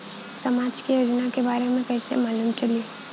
समाज के योजना के बारे में कैसे मालूम चली?